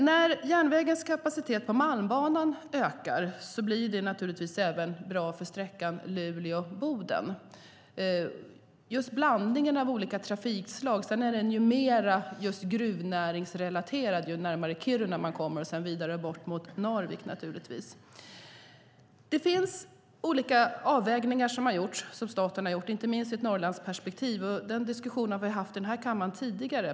När järnvägens kapacitet på Malmbanan ökar blir det bra även för sträckan Luleå-Boden avseende just blandningen av olika trafikslag. Sedan är det mer gruvnäringsrelaterat ju närmare Kiruna man kommer och vidare bort mot Narvik. Det finns olika avvägningar som staten har gjort, inte minst i ett Norrlandsperspektiv. Den diskussionen har vi haft i kammaren tidigare.